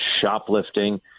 shoplifting